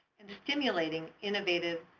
and stimulating innovative,